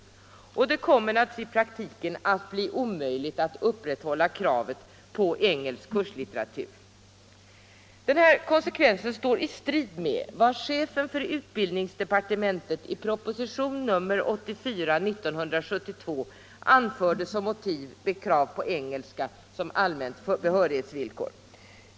Det kommer i praktiken att bli omöjligt att upprätthålla kravet på engelsk kurslitteratur. Denna konsekvens står i strid med vad chefen för utbildningsdepartementet i propositionen 84 år 1972 anförde som motiv för krav på engelska som allmänt behörighetsvillkor.